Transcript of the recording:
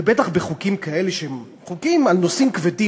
בטח בחוקים כאלה שהם חוקים על נושאים כבדים,